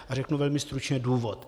A řeknu velmi stručně důvod.